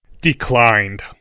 Declined